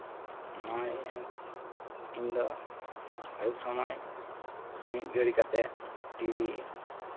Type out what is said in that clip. ᱱᱚᱜᱼᱚᱭ ᱤᱧᱫᱚ ᱟᱹᱭᱩᱵ ᱥᱚᱢᱚᱭ ᱢᱤᱫ ᱜᱷᱟᱹᱲᱤ ᱠᱟᱛᱮᱫ ᱴᱤ ᱵᱷᱤ